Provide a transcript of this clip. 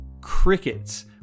crickets